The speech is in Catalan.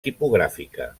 tipogràfica